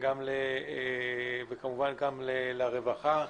וכמובן גם לרווחה.